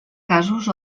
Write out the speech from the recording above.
casos